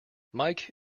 mike